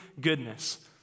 goodness